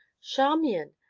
charmian!